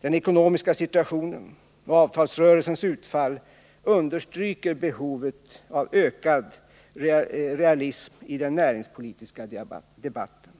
Den ekonomiska situationen och avtalsrörelsens utfall understryker behovet av ökad realism i den näringspolitiska debatten.